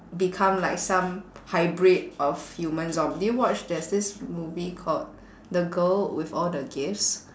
become like some hybrid of human zom~ did you watch there's this movie called the girl with all the gifts